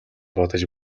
бодож